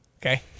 Okay